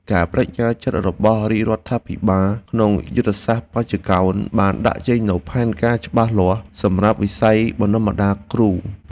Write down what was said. ការប្តេជ្ញាចិត្តរបស់រាជរដ្ឋាភិបាលក្នុងយុទ្ធសាស្ត្របញ្ចកោណបានដាក់ចេញនូវផែនការច្បាស់លាស់សម្រាប់វិស័យបណ្តុះបណ្តាលគ្រូ។